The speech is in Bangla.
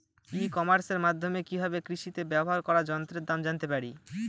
ই কমার্সের মাধ্যমে কি ভাবে কৃষিতে ব্যবহার করা যন্ত্রের দাম জানতে পারি?